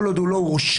כל עוד לא הורשע